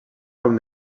com